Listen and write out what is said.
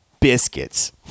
biscuits